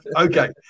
Okay